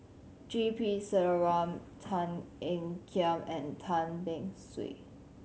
G P Selvam Tan Ean Kiam and Tan Beng Swee